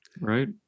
right